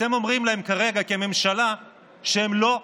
אתם אומרים להם כרגע כממשלה שהם לא שווים.